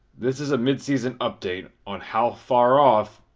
this is a midseason update on how far off,